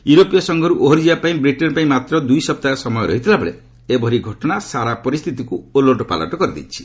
ୟୁରୋପୀୟ ସଂଘରୁ ଓହରିଯିବା ପାଇଁ ବ୍ରିଟେନ୍ ପାଇଁ ମାତ୍ର ଦୁଇ ସପ୍ତାହ ସମୟ ରହିଥିବା ବେଳେ ଏଭଳି ଘଟଣା ସାରା ପରିସ୍ଥିତିକୁ ଓଲଟପାଲଟ କରିଦେଇଛି